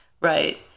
Right